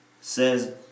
says